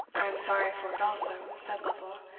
i am sorry for it also, said lovel,